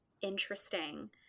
interesting